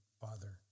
father